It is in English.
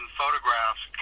photographs